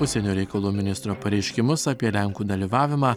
užsienio reikalų ministro pareiškimus apie lenkų dalyvavimą